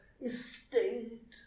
estate